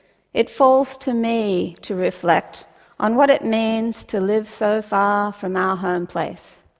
it falls to me to reflect on what it means to live so far from our homeplace,